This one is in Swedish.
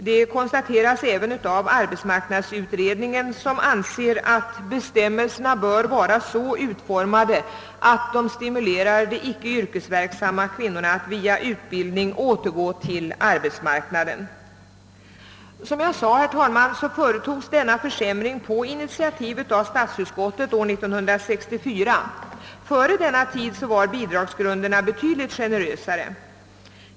Detta konstateras även av arbetsmarknadsutredningen, som anser att bestämmelserna bör vara så utformade att de stimulerar icke yrkesverksamma kvinnor att via utbildning återgå till arbetsmarknaden. Som jag sade, herr talman, företogs denna försämring på initiativ av statsutskottet år 1964; dessförinnan var bidragsgrunderna betydligt generösare.